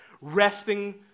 resting